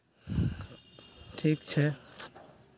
ठीक छै